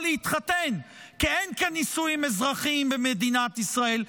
להתחתן כי אין כאן נישואים אזרחיים במדינת ישראל,